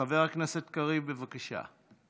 חבר הכנסת קריב, בבקשה.